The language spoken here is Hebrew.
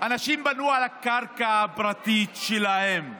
אנשים בנו על הקרקע הפרטית שלהם.